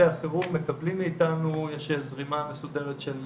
דיברתם פה על